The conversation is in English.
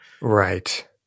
Right